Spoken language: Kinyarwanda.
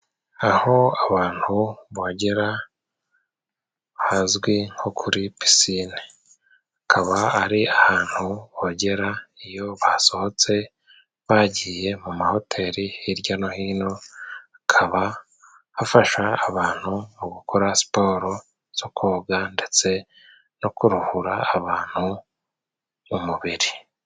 Aho abantu bogera hazwi nko kuri pisine, akaba ari ahantu bogera iyo basohotse. Bagiye mu mahoteri hirya no hino, hakaba hafasha abantu mu gukora siporo zo koga, ndetse no kuruhura abantu umubiri.